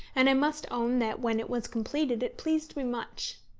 and i must own that when it was completed it pleased me much.